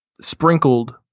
sprinkled